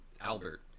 Albert